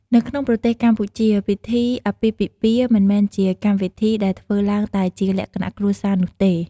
នៅក្នុងប្រទេសកម្ពុជា ពិធីអាពាហ៍ពិពាហ៍មិនមែនជាកម្មវិធីដែលធ្វើឡើងតែជាលក្ខណៈគ្រួសារនោះទេ។